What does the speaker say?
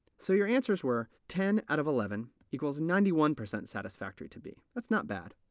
so your answers were ten out of eleven equals ninety one percent satisfactory to b. that's not bad.